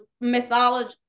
mythology